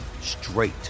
straight